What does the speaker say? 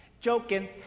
Joking